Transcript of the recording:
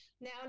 now